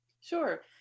Sure